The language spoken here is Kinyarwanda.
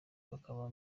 kakaba